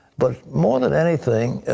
but more than anything,